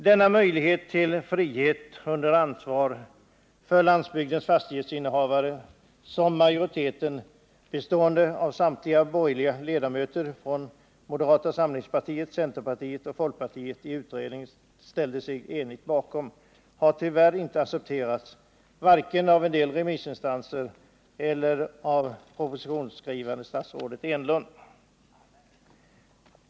Denna möjlighet till frihet under ansvar för landsbygdens fastighetsinnehavare som majoriteten, bestående av samtliga borgerliga ledamöter från moderata samlingspartiet, centerpartiet och folkpartiet, i utredningen ställde sig enig bakom, har tyvärr inte accepterats vare sig av en del remissinstanser eller av propositionsskrivande statsrådet Enlund.